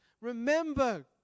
Remember